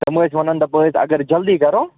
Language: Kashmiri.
تِم ٲسۍ ونان دَپان اگر جَلدی کرو